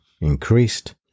increased